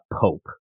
pope